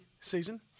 season